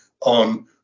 on